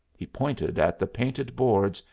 he pointed at the painted boards,